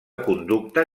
conducte